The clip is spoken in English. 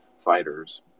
fighters